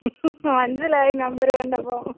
മനസിലായി നമ്പര് കണ്ടപ്പം